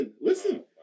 Listen